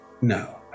No